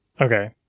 okay